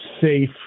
safe